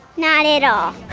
not at all